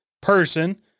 person